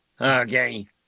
Okay